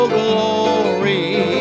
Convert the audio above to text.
glory